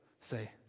say